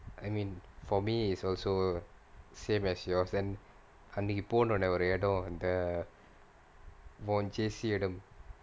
I mean for me is also same as yours then அன்னைக்கு போனவோனே ஒரு கட்டம் அந்த உன்:annaikku ponavonae oru kattam antha un jessie ஓட:oda